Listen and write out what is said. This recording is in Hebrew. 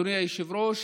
אדוני היושב-ראש,